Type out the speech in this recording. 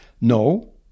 no